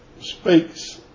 speaks